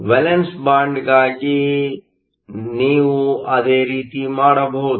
valence band ಗಾಗಿ ನೀವು ಅದೇ ರೀತಿ ಮಾಡಬಹುದು